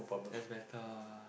that's better